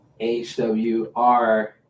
HWR